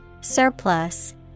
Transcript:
Surplus